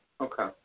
Okay